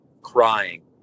crying